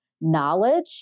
knowledge